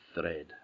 thread